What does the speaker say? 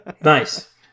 Nice